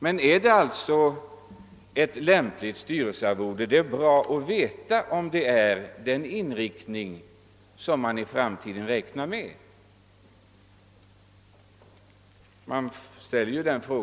Men är alltså detta ett lämpligt styrelsearvode? Det vore bra att få veta om detta är den inriktning man har att räkna med för framtiden.